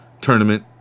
tournament